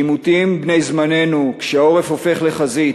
בעימותים בני זמננו, כשהעורף הופך לחזית,